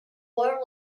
worn